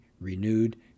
renewed